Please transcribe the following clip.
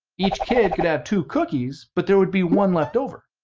each kid could have two cookies but there would be one left over.